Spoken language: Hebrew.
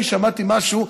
אני שמעתי משהו,